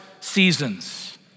seasons